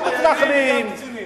גם מתנחלים,